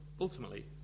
ultimately